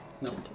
No